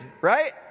right